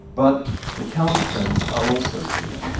but the counter trends are also clear.